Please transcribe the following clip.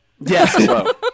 yes